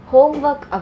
Homework